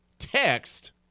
text